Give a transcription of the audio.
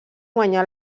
guanyà